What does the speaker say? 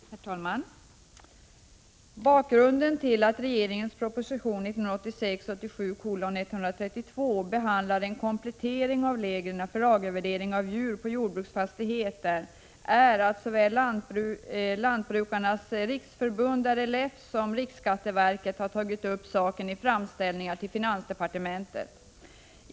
Herr talman! Bakgrunden till att regeringens proposition 1986/87:132 behandlar en komplettering av reglerna för lagervärdering av djur på jordbruksfastighet är att såväl lantbrukarnas riksförbund, LRF, som rikskatteverket har tagit upp saken i framställningar till finansdepartementet.